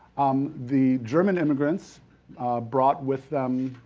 um the german immigrants brought with them